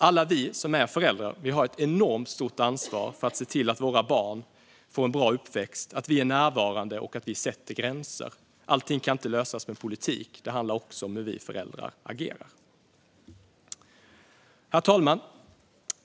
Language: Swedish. Alla vi som är föräldrar har ett enormt stort ansvar för att se till att våra barn får en bra uppväxt, att vi är närvarande och att vi sätter gränser. Allting kan inte lösas med politik. Det handlar också om hur vi föräldrar agerar. Herr talman!